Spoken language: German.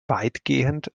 weitgehend